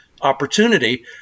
opportunity